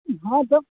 हँ तऽ